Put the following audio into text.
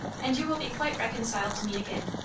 and you will be quite reconciled to me again.